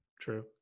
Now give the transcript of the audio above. true